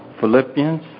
Philippians